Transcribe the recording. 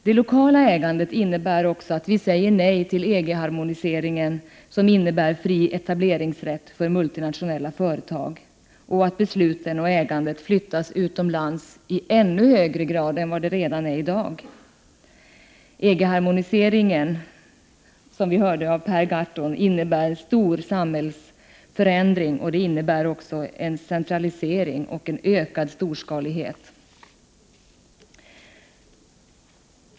Det lokala ägandet innebär också att vi säger nej till EG-harmoniseringen, som innebär fri etableringsrätt för multinationella företag och att besluten och ägandet flyttas utomlands i ännu högre grad än i dag. EG-harmoniseringen innebär, som vi hörde av Per Gahrton, en stor samhällsförändring och också en centralisering och en ökad storskalighet.